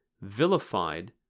vilified